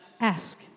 ask